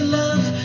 love